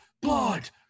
blood